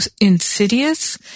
insidious